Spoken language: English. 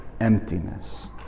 emptiness